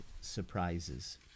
surprises